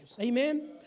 Amen